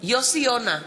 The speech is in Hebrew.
יוסי יונה,